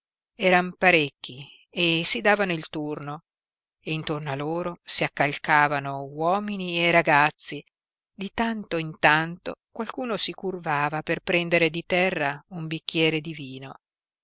eran parecchi e si davano il turno e intorno a loro si accalcavano uomini e ragazzi di tanto in tanto qualcuno si curvava per prendere di terra un bicchiere di vino